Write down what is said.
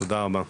תודה רבה.